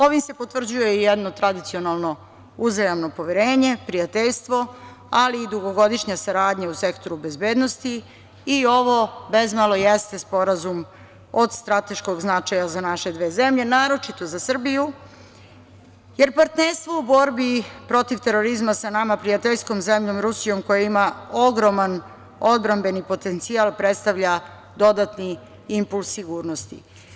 Ovim se potvrđuje i jedno tradicionalno uzajamno poverenje, prijateljstvo, ali i dugogodišnja saradnja u sektoru bezbednosti i ovo bezmalo jeste Sporazum od strateškog značaja za naše dve zemlje, naročito za Srbiju jer partnerstvo u borbi protiv terorizma sa nama prijateljskom zemljom Rusijom, koja ima ogroman odbrambeni potencijal, predstavlja dodatni impuls sigurnosti.